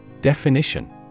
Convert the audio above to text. Definition